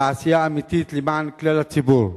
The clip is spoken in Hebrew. בעשייה האמיתית למען כלל הציבור.